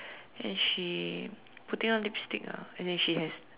and she putting on lipstick ah and then she has